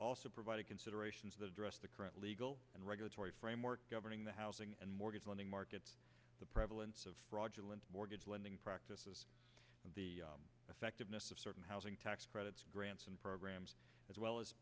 also provided considerations that address the current legal and regulatory framework governing the housing and mortgage lending markets the prevalence of fraudulent mortgage lending practices and the effectiveness of certain housing tax credits grants and programs as well as